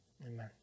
Amen